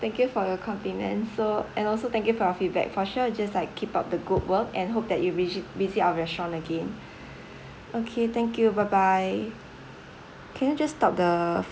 thank you for your compliments so and also thank you for your feedback for sure we just like keep up the good work and hope that you visit visit our restaurant again okay thank you bye bye can you just stop the